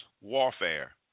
warfare